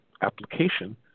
application